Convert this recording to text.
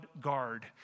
guard